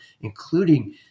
including